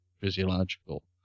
physiological